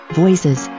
voices